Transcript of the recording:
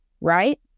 right